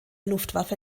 luftwaffe